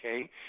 okay